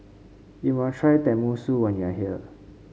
you must try Tenmusu when you are here